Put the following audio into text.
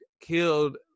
killed